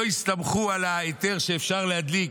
לא הסתמכו על ההיתר שאפשר להדליק.